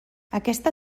aquesta